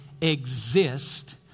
exist